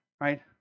right